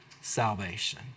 salvation